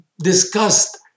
Discussed